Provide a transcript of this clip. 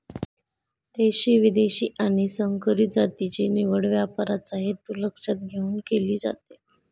देशी, विदेशी आणि संकरित जातीची निवड व्यापाराचा हेतू लक्षात घेऊन केली जाते